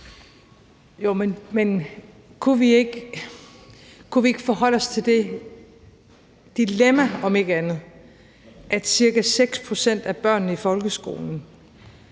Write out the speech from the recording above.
Men kunne vi ikke forholde os til det dilemma om ikke andet, at ca. 6 pct. af børnene i folkeskolen